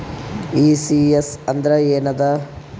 ECS ಅಂದ್ರ ಏನದ?